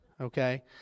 Okay